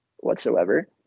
whatsoever